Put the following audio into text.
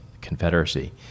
Confederacy